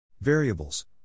Variables